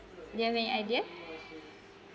mm do you have any idea